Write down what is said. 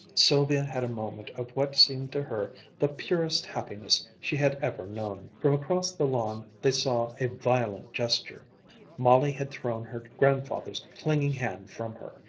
sylvia had a moment of what seemed to her the purest happiness she had ever known. from across the lawn they saw a violent gesture molly had thrown her grandfather's clinging hand from her,